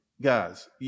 guys